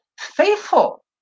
faithful